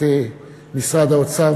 את משרד האוצר,